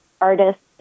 artists